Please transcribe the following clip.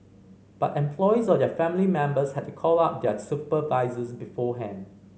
but employees or their family members had to call up their supervisors beforehand